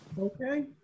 Okay